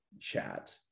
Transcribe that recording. chat